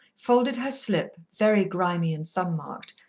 folded her slip, very grimy and thumb-marked,